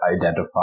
identify